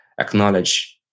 acknowledge